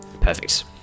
Perfect